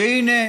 והינה,